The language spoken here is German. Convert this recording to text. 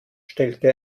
stellte